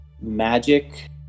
magic